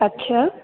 अच्छा